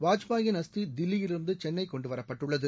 வாஜ்பேயின் அஸ்தி தில்லியிலிருந்து சென்னை கொண்டு வரப்பட்டுள்ளது